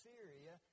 Syria